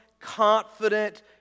confident